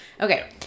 Okay